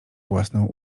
własną